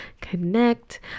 connect